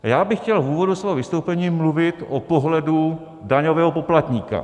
A já bych chtěl v úvodu svého vystoupení mluvit o pohledu daňového poplatníka.